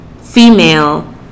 female